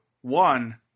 one